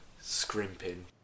scrimping